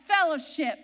fellowship